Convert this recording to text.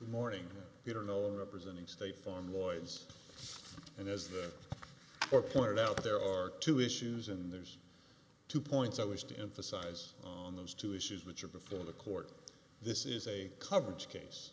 the morning you don't know representing state farm voids and as they were pointed out there are two issues and there's two points i wish to emphasize on those two issues which are before the court this is a coverage case